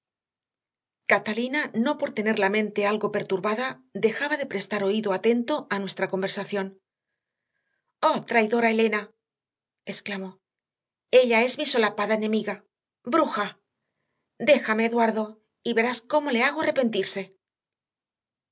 catalina no por tener la mente algo perturbada dejaba de prestar oído atento a nuestra conversación oh traidora elena exclamó ella es mi solapada enemiga bruja déjame eduardo y verás cómo le hago arrepentirse